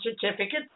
certificates